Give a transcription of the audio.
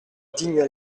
digne